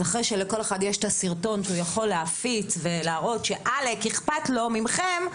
אחרי שלכל אחד יש את הסרטון שהוא יכול להפיץ ולהראות שאכפת לו מכם,